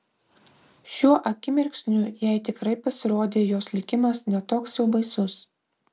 šiuo akimirksniu jai tikrai pasirodė jos likimas ne toks jau baisus